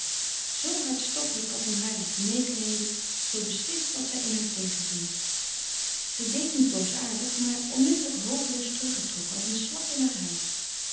hartstochtelijk als in hare genegenheden zoo beslist was zij in haar tegenzin zij deed niet boosaardig maar onmiddellijk hopeloos teruggetrokken als een slak in haar huis